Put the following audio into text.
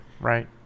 Right